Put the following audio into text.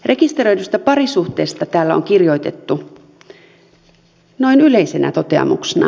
rekisteröidystä parisuhteesta täällä on kirjoitettu noin yleisenä toteamuksena